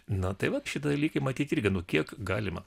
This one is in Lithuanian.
na tai va šie dalykai matyt irgi nu kiek galima